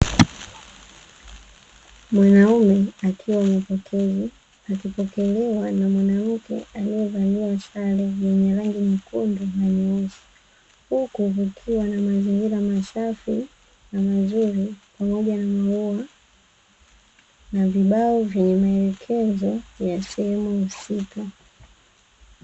Mwanaume akiwa mapokezi, akipokelewa na mwanamke aliyevalia sare yenye rangi nyekundu na nyeusi, huku kukiwa na mazingira masafi na mazuri, pamoja na maua na vibao vyenye maelekezo ya sehemu husika.